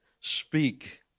speak